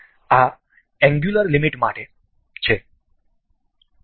આ angular limit માટે છે